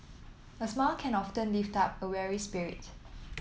a smile can often lift up a weary spirit